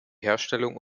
herstellung